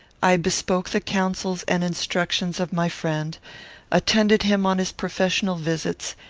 i bespoke the counsels and instructions of my friend attended him on his professional visits,